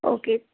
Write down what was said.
okay